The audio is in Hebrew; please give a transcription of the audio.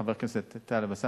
חבר הכנסת טלב אלסאנע,